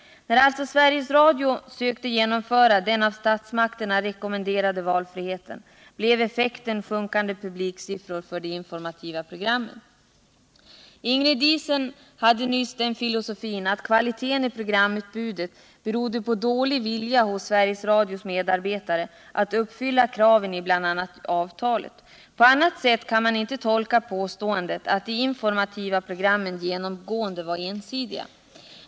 När alltså Sveriges Radio sökte genomföra den av statsmakterna rekommenderade valfriheten blev effekten sjunkande publiksiffror för de informativa programmen. Ingrid Diesen hade den filosofin att kvaliteten i programutbudet berodde på dålig vilja hos Sveriges Radios medarbetare att uppfylla kraven i bl.a. avtalet. På annat sätt kan man inte tolka påståendet att de informativa programmen genomgående var ensidiga.